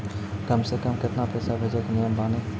कम से कम केतना पैसा भेजै के नियम बानी?